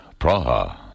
Praha